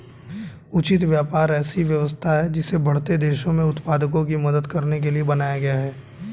उचित व्यापार ऐसी व्यवस्था है जिसे बढ़ते देशों में उत्पादकों की मदद करने के लिए बनाया गया है